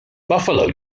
buffalo